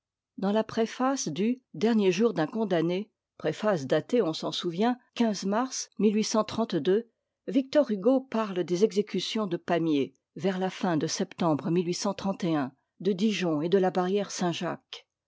dans la préface du denier jour d'un condamné préface datée on s'en souvient mars victor hugo parle des exécutions de pamiers vers la fin de septembre de dijon et de la barrière saint-jacques